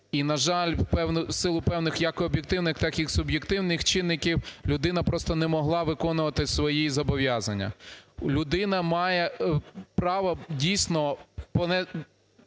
і, на жаль, в силу певних як і об'єктивних, так і суб'єктивних чинників, людина просто не могла виконувати свої зобов'язання. Людина має право дійсно